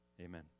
Amen